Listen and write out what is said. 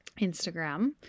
Instagram